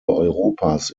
europas